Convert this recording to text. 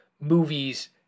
movies